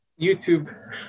youtube